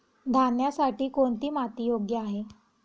धान्यासाठी कोणती माती योग्य आहे?